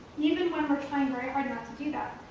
even when we're trying very hard not to do that,